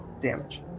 damage